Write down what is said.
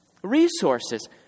resources